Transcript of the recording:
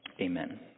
amen